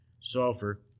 sulfur